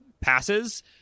passes